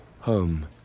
home